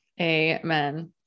amen